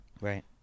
right